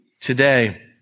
Today